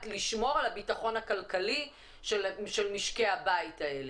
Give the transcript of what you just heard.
לשמור על הבטחון הכלכלי של משקי הבית האלה.